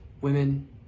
women